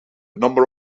number